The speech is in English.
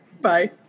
Bye